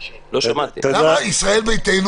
למה ישראל ביתנו